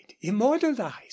immortalized